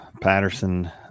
patterson